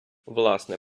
власне